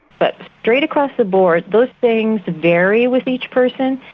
but straight across the board those things vary with each person,